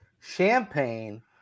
champagne